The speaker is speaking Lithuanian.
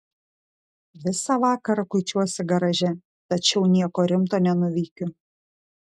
visą vakarą kuičiuosi garaže tačiau nieko rimto nenuveikiu